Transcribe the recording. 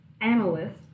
analyst